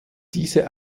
diese